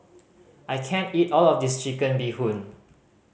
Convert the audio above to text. I can't eat all of this Chicken Bee Hoon